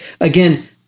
again